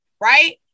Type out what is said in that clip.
right